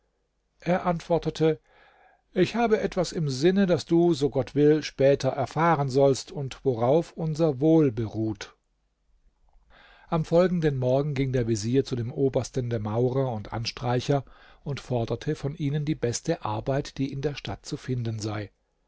er antwortete ich habe etwas im sinne das du so gott will später erfahren sollst und worauf unser wohl beruht am folgenden morgen ging der vezier zu dem obersten der maurer und anstreicher und forderte von ihnen die beste arbeit die in der stadt zu finden sei